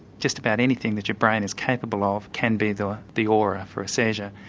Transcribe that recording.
just about anything that your brain is capable of can be the the aura for a seizure.